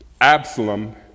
Absalom